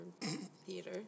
theater